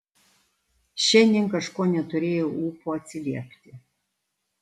šiandien kažko neturėjau ūpo atsiliepti